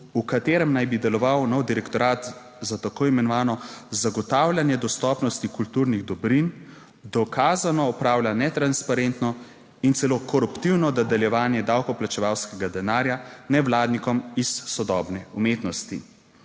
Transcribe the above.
v katerem naj bi deloval nov direktorat za tako imenovano zagotavljanje dostopnosti kulturnih dobrin, dokazano opravlja netransparentno in celo koruptivno dodeljevanje davkoplačevalskega denarja nevladnikom iz sodobne umetnosti.